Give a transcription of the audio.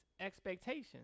expectations